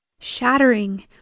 shattering